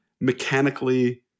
mechanically